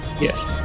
yes